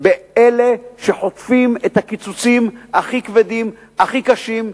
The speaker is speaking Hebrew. הם אלה שחוטפים את הקיצוצים הכי כבדים, הכי קשים.